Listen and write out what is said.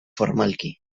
formalki